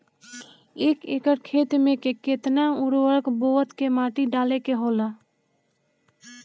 एक एकड़ खेत में के केतना उर्वरक बोअत के माटी डाले के होला?